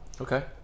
Okay